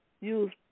use